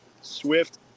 swift